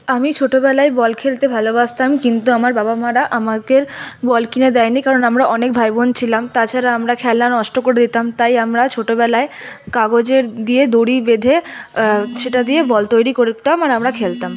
আমি ছোটোবেলায় বল খেলতে ভালোবাসতাম কিন্তু আমার বাবা মারা আমাকে বল কিনে দেয়নি কারণ আমরা অনেক ভাইবোন ছিলাম তাছাড়া আমরা খেলনা নষ্ট করে দিতাম তাই আমরা ছোটোবেলায় কাগজ দিয়ে দড়ি বেঁধে সেটা দিয়ে বল তৈরি করতাম আর আমরা খেলতাম